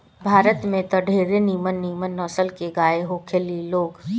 भारत में त ढेरे निमन निमन नसल के गाय होखे ली लोग